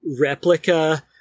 replica